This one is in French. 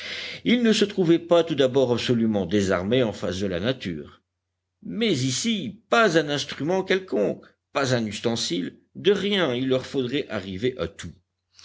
ils ne se trouvaient pas tout d'abord absolument désarmés en face de la nature mais ici pas un instrument quelconque pas un ustensile de rien il leur faudrait arriver à tout